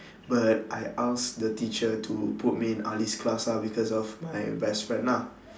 but I asked the teacher to put me in ali's class ah because of my best friend ah